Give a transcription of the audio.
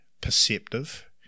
perceptive